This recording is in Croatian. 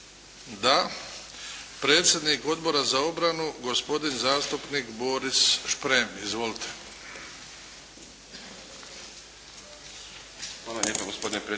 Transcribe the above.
Da. Predsjednik Odbora za obranu gospodin zastupnik Boris Šprem. Izvolite. **Šprem, Boris (SDP)** Hvala lijepa gospodine predsjedniče.